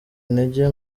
intege